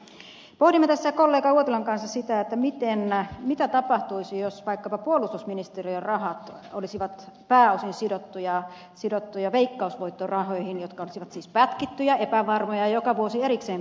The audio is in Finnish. pohdimme tässä kollega uotilan kanssa sitä mitä tapahtuisi jos vaikkapa puolustusministeriön rahat olisivat pääosin sidottuja veikkausvoittorahoihin jotka olisivat siis pätkittyjä epävarmoja ja joka vuosi erikseen päätettäviä